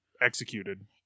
executed